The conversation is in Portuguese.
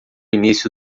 início